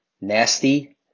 Nasty